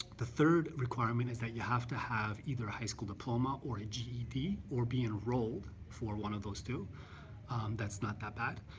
the third requirement is that you have to have either a high school diploma or a ged or be enrolled for one of those two that's not that bad.